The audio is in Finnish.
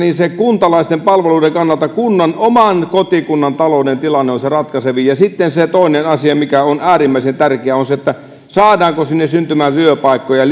kuntalaisen palveluiden kannalta kunnan oman kotikunnan talouden tilanne on se ratkaisevin ja sitten se toinen asia mikä on äärimmäisen tärkeä on se saadaanko sinne syntymään työpaikkoja